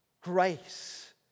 grace